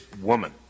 woman